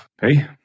Hey